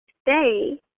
stay